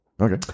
okay